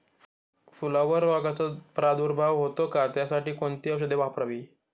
फुलावर रोगचा प्रादुर्भाव होतो का? त्यासाठी कोणती औषधे वापरावी?